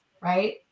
right